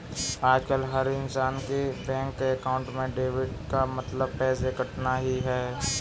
आजकल हर इन्सान के बैंक अकाउंट में डेबिट का मतलब पैसे कटना ही है